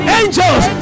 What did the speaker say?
angels